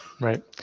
Right